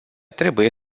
trebuie